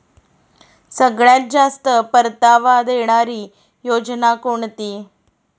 सगळ्यात जास्त परतावा देणारी योजना कोणती?